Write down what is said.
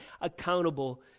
accountable